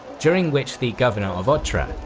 during which the governor of otrar,